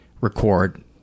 record